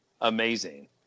amazing